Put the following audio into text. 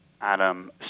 Adam